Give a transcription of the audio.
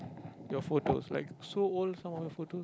your photos right like so old some of the photo